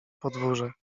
podwórze